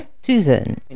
Susan